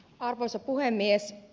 arvoisa puhemies